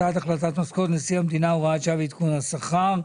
בהצעת החלטת משכורת נשיא המדינה (הוראת שעה ועדכון השכר),